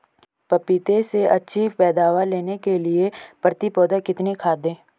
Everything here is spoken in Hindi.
पपीते से अच्छी पैदावार लेने के लिए प्रति पौधा कितनी खाद दें?